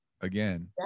again